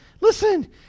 listen